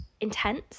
intense